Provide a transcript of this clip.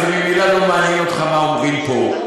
הרי זה ממילא לא מעניין אותך מה אומרים פה.